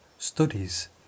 Studies